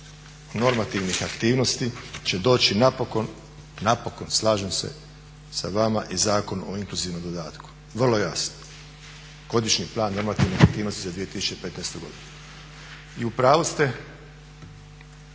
normativnih aktivnosti će doći napokon, napokon slažem se sa vama i Zakon o inkluzivnom dodatku, vrlo jasno. Godišnji plan normativnih aktivnosti za 2015.godinu. I upravu ste,